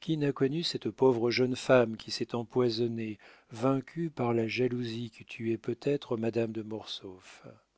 qui n'a connu cette pauvre jeune femme qui s'est empoisonnée vaincue par la jalousie qui tuait peut-être madame de mortsauf